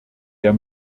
der